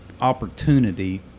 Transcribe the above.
opportunity